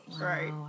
Right